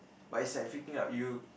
but is like freaking loud you